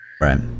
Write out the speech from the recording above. right